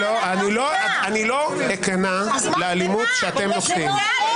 אני לא אכנע לאלימות שאתם נוקטים.